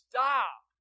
Stop